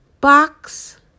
box